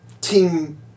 team